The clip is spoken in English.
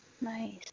Nice